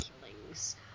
killings